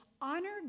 honor